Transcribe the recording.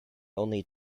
only